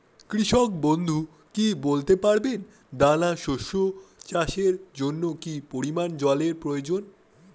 কৃষক বন্ধু কি বলতে পারবেন দানা শস্য চাষের জন্য কি পরিমান জলের প্রয়োজন?